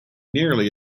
nearly